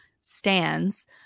stands